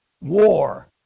War